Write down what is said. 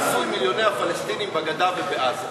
מה תעשו עם מיליוני הפלסטינים בגדה ובעזה?